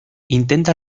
intenta